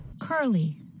Curly